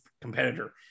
competitor